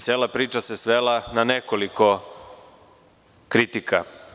Cela priča se svela na nekoliko kritika.